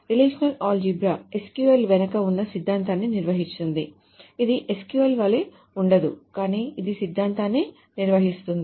relational algebra SQL వెనుక ఉన్న సిద్ధాంతాన్ని నిర్వచిస్తుంది ఇది SQL వలె ఉండదు కానీ ఇది సిద్ధాంతాన్ని నిర్వచిస్తుంది